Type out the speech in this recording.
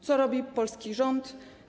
Co robi polski rząd?